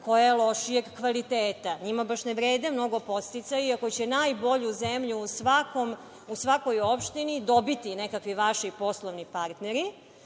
koja je lošijeg kvaliteta. NJima baš ne vrede mnogo podsticaji ako će najbolju zemlju u svakoj opštini dobiti nekakvi vaših poslovni partneri